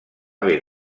ver